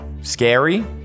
scary